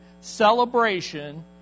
celebration